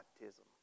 baptism